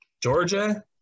Georgia